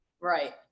right